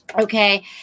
Okay